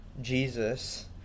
jesus